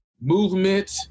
movement